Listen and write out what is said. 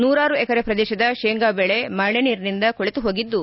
ನೂರಾರು ಎಕರೆ ಪ್ರದೇಶದ ಶೇಂಗಾ ಬೆಳೆ ಮಳೆ ನೀರಿನಿಂದ ಕೊಳೆತುಹೋಗಿದ್ದು